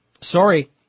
Sorry